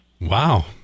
Wow